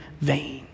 vain